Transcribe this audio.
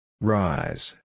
Rise